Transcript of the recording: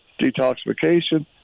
detoxification